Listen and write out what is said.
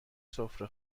سفره